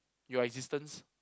your existence